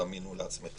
דמיינו לעצמכם.